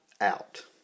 out